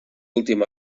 últim